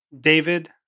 David